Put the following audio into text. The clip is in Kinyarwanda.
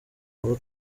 abo